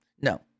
No